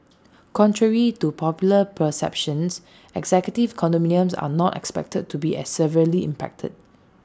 contrary to popular perceptions executive condominiums are not expected to be as severely impacted